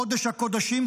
קודש הקודשים,